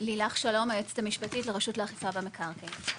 לילך שלום, היועצת המשפטית לרשות האכיפה במקרקעין.